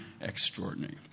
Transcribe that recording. extraordinary